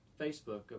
Facebook